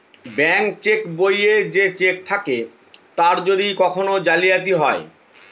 bank cheque বইয়ে যে cheque থাকে তার যদি কখন জালিয়াতি হয়